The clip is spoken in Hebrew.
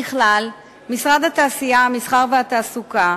ככלל, משרד התעשייה, המסחר והתעסוקה,